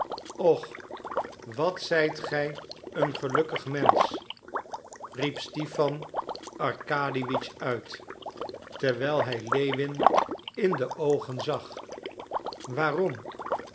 och wat zijt gij een gelukkig mensch riep stipan arkadiewitsch uit terwijl hij lewin in de oogen zag waarom